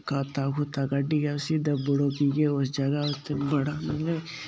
गत्ता गुत्तू कड्ढियै उसी दब्बी ओड़ो कि के उस जगह् उत्थै बड़ा मतलब